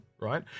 right